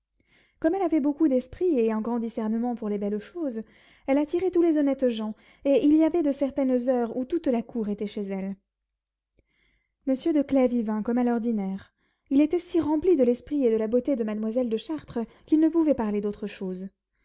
comme elle avait beaucoup d'esprit et un grand discernement pour les belles choses elle attirait tous les honnêtes gens et il y avait de certaines heures où toute la cour était chez elle monsieur de clèves y vint à son ordinaire il était si rempli de l'esprit et de la beauté de mademoiselle de chartres qu'il ne pouvait parler d'autre chose